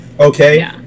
okay